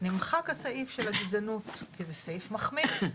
נמחק הסעיף של הגזענות כי זה סעיף מחמיר.